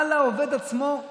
על העובד עצמו,